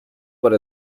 por